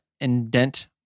indent